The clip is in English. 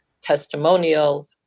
testimonial